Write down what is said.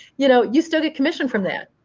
you know you still get commission from that.